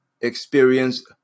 experience